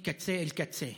מקצה לקצה,